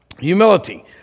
Humility